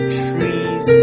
trees